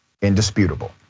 indisputable